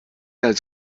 als